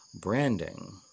branding